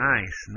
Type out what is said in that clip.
Nice